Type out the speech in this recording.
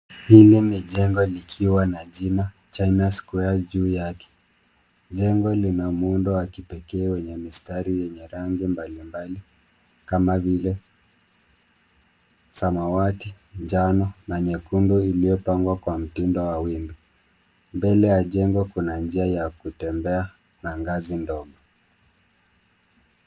Hili ni jengo likiwa na jina China Square juu yake. Jengo lina muundo wa kipekee wenye mistari yenye rangi mbalimbali kama vile samawati, njano na nyekundu iliyopangwa kwa mtindo wa wimbi. Mbele ya jengo kuna njia ya kutembea na ngazi ndogo.